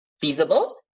feasible